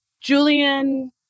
Julian